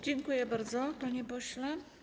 Dziękuję bardzo, panie pośle.